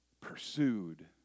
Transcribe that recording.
pursued